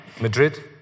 Madrid